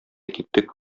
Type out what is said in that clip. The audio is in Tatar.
киттек